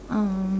um